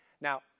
Now